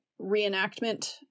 reenactment